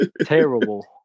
Terrible